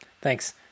Thanks